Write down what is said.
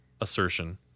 assertion